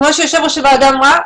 כמו שיושבת ראש הוועדה אמרה,